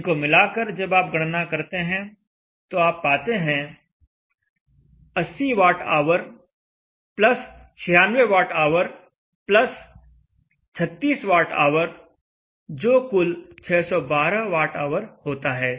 इनको मिलाकर जब आप गणना करते हैं तो आप पाते हैं 80 watt hour 96 watt hour 36 watt hour जो कुल 612 वाट आवर होता है